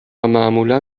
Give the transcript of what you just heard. معمولا